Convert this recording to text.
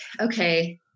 Okay